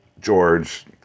george